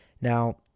Now